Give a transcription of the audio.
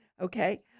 Okay